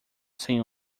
sem